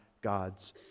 God's